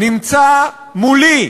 נמצא מולי,